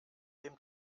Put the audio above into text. dem